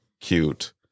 cute